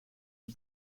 die